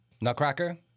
Nutcracker